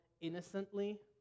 innocently